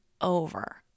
over